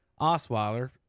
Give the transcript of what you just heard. Osweiler